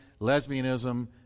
lesbianism